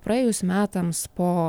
praėjus metams po